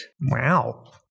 Wow